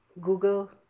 Google